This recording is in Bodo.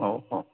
औ औ